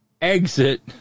exit